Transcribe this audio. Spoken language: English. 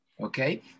okay